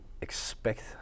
expect